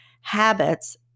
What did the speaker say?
habits